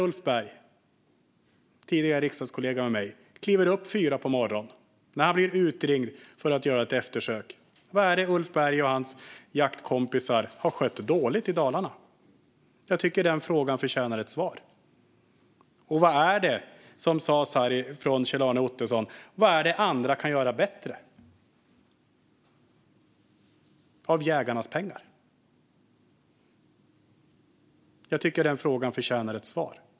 Ulf Berg, tidigare riksdagskollega till mig, kliver upp klockan fyra på morgonen när han blir uppringd för att göra ett eftersök. Vad är det som Ulf Berg och hans jaktkompisar har skött dåligt i Dalarna? Jag tycker att den frågan förtjänar ett svar. Och vad är det, som Kjell-Arne Ottosson tog upp här, som andra kan göra bättre med jägarnas pengar? Jag tycker att den frågan förtjänar ett svar.